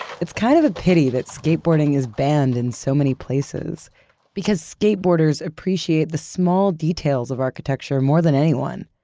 it's kind of a pity that skateboarding is banned in so many places because skateboarders appreciate the small details of architecture more than anyone.